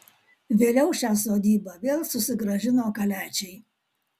vėliau šią sodybą vėl susigrąžino kaliačiai